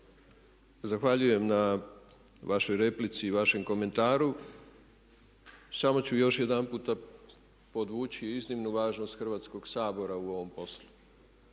zahvaljujem na vašoj replici i vašem komentaru. Samo ću još jedanputa podvući iznimnu važnost Hrvatskog sabora u ovom poslu.